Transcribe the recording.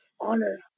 honor